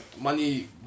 Money